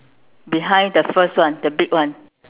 behind the first one the big one